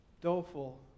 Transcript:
doleful